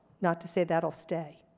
not to say that'll stay.